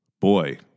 Boy